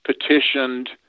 petitioned